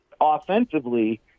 Offensively